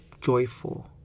joyful